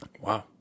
wow